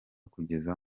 kugeza